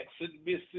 Mississippi